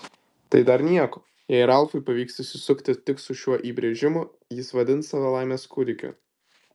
tai dar nieko jei ralfui pavyks išsisukti tik su šiuo įbrėžimu jis vadins save laimės kūdikiu